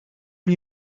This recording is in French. lui